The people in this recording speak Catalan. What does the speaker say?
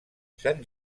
sant